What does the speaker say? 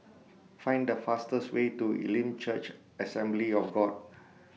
Find The fastest Way to Elim Church Assembly of God